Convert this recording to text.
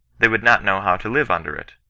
they would not know how to live under it.